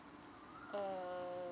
uh